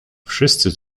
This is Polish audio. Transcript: wszyscy